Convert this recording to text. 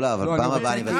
לא, לא, אני מבקש.